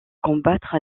combattre